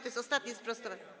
To jest ostatnie sprostowanie.